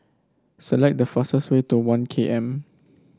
select the fastest way to One K M